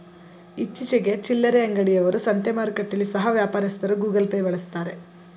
ಇತ್ತೀಚಿಗೆ ಚಿಲ್ಲರೆ ಅಂಗಡಿ ಅವರು, ಸಂತೆ ಮಾರುಕಟ್ಟೆಯಲ್ಲಿ ಸಹ ವ್ಯಾಪಾರಸ್ಥರು ಗೂಗಲ್ ಪೇ ಬಳಸ್ತಾರೆ